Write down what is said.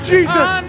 Jesus